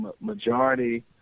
majority